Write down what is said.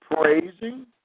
praising